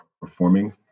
performing